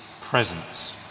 presence